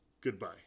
goodbye